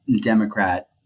Democrat